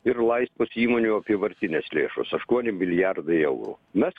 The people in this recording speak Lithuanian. ir laisvos įmonių apyvartinės lėšos aštuoni milijardai eurų mes